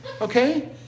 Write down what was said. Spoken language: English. okay